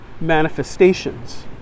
manifestations